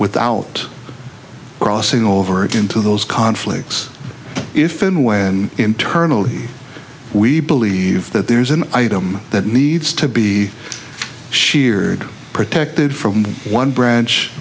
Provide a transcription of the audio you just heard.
without crossing over into those conflicts if in way and internally we believe that there's an item that needs to be sheared protected from one branch